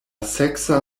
seksa